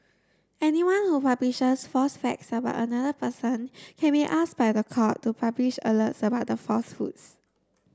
anyone who publishes false facts about another person can be asked by the court to publish alerts about the falsehoods